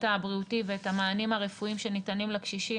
הבריאותי ואת המענים הרפואיים שניתנים לקשישים,